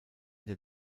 der